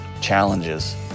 challenges